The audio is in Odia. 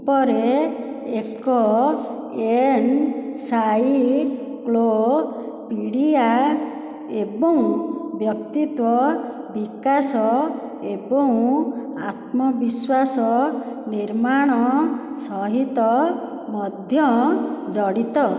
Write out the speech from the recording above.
ଉପରେ ଏକ ଏନସାଇକ୍ଲୋପିଡ଼ିଆ ଏବଂ ବ୍ୟକ୍ତିତ୍ୱ ବିକାଶ ଏବଂ ଆତ୍ମବିଶ୍ୱାସ ନିର୍ମାଣ ସହିତ ମଧ୍ୟ ଜଡିତ